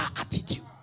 attitude